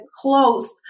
closed